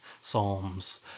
Psalms